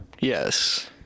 Yes